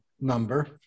number